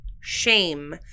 shame